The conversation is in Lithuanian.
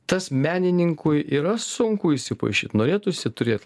tas menininkui yra sunku įsipaišyt norėtųsi turėt